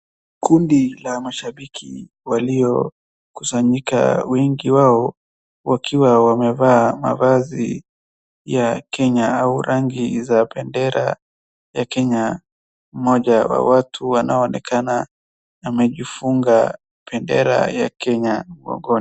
Kundi la mashabiki waliokusanyika wengi wao wakiwa wamevaa mavazi ya Kenya au rangi za bendera ya Kenya, mmoja wa watu anaonekana amejifunga bandera ya Kenya mgongoni.